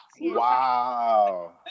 Wow